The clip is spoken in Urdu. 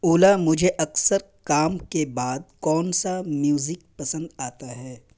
اولا مجھے اکثر کام کے بعد کون سا میوزک پسند آتا ہے